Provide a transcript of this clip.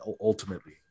ultimately